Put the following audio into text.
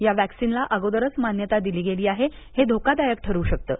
या वॅक्सीनला अगोदरच मान्यता दिली गेली आहे हे धोकादायक ठरू शकतं